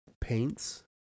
paints